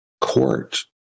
court